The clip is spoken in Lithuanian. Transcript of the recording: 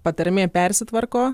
patarmė persitvarko